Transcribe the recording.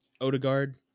Odegaard